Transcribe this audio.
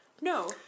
No